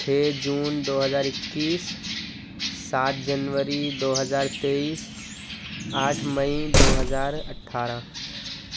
چھ جون دو ہزار اکیس سات جنوری دو ہزار تیئس آٹھ مئی دو ہزار اٹھارہ